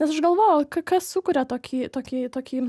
nes aš galvoau kas sukuria tokį tokį tokį